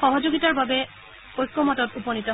সহযোগিতাৰ বাবে ঐকমত্যত উপনীত হয়